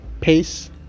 Peace